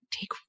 take